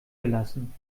gelassen